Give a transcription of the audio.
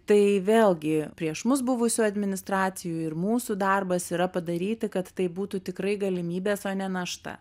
tai vėlgi prieš mus buvusių administracijų ir mūsų darbas yra padaryti kad tai būtų tikrai galimybės o ne našta